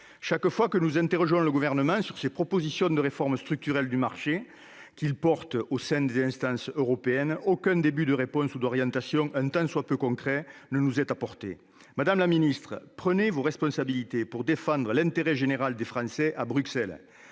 chaque fois que nous interrogeons le Gouvernement sur ses propositions de réforme structurelle du marché, qu'il défend au sein des instances européennes, aucun début un tant soit peu concret de réponse ou d'orientation ne nous est apporté. Madame la ministre, prenez vos responsabilités pour défendre l'intérêt général des Français à Bruxelles,